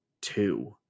two